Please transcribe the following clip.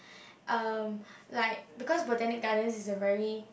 um like because Botanic Gardens is a very